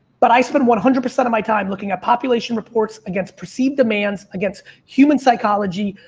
but i spend one hundred percent of my time looking at population reports against perceived demands, against human psychology,